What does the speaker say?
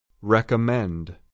Recommend